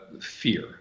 fear